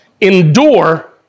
endure